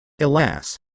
Alas